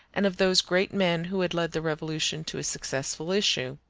and of those great men who had led the revolution to a successful issue.